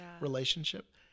relationship